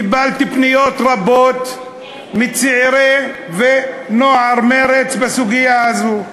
קיבלתי פניות רבות מצעירי ונוער מרצ בסוגיה הזאת,